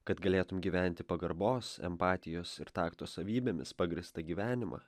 kad galėtum gyventi pagarbos empatijos ir takto savybėmis pagrįstą gyvenimą